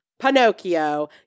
Pinocchio